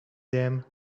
them